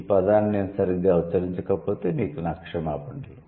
ఈ పదాన్ని నేను సరిగ్గా ఉచ్చరించకపోతే మీకు నా క్షమాపణలు